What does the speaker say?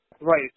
Right